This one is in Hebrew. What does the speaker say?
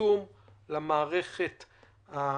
למערכת הישראלית.